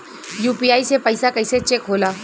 UPI से पैसा कैसे चेक होला?